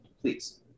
please